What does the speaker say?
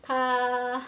他